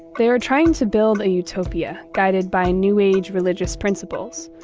they are trying to build a utopia guided by new age religious principles,